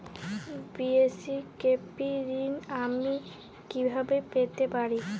BSKB ঋণ আমি কিভাবে পেতে পারি?